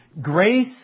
Grace